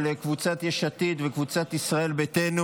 קבוצת סיעת יש עתיד, חברי הכנסת יאיר לפיד,